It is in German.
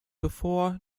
bevor